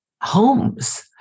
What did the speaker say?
homes